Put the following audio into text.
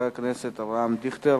מס' 361, של חבר הכנסת אברהם דיכטר,